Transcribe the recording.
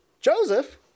Joseph